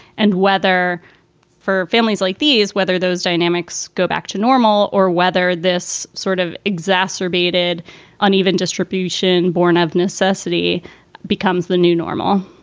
and whether for families like these, whether those dynamics go back to normal or whether this sort of exacerbated uneven distribution, born of necessity becomes the new normal